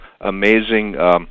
amazing –